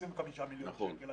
25 מיליון שקלים.